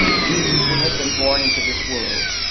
jesus would have been born into this world,